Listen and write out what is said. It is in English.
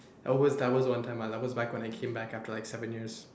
that was that was one time that was back when I came back after like seven years